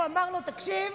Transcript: אמר לו: תקשיב,